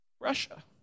Russia